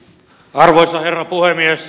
arvoisa herra puhemies